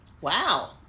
Wow